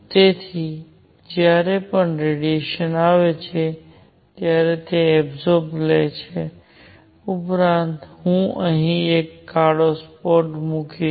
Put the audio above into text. તેથી જ્યારે પણ રેડિયેશન આવે છે ત્યારે તે એબસોર્બ લે છે ઉપરાંત હું અહીં એક કાળો સ્પોટ મૂકીશ